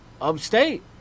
upstate